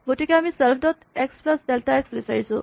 গতিকে আমি self dot x plus delta x বিচাৰিছোঁ